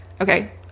okay